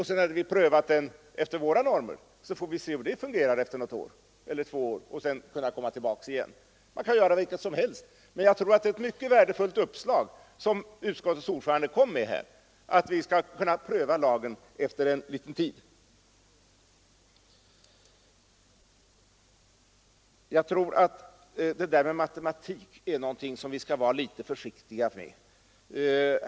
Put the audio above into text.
Sedan hade vi kunnat pröva efter våra normer och fått se hur det fungerat efter några år. Man kan göra vilket som helst, men jag tror det är ett mycket värdefullt uppslag, som utskottets ordförande kom med, att vi skall pröva lagen efter en liten tid. Jag tror att detta med matematik är något som vi skall vara litet försiktiga med.